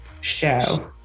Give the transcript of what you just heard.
show